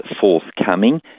forthcoming